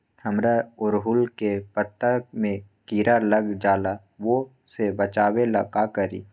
हमरा ओरहुल के पत्ता में किरा लग जाला वो से बचाबे ला का करी?